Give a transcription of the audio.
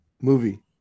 movie